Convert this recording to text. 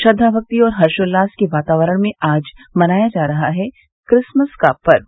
श्रद्वा भक्ति और हर्षोल्लास के वातावरण में आज मनाया जा रहा है क्रिसमस का पर्व